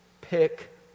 Pick